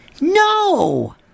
No